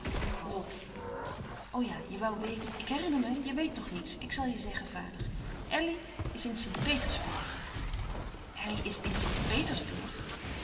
o ja je woû weten ik herinner me je weet nog niets ik zal je zeggen vader elly is in st petersburg elly is in